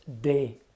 day